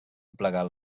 aplegar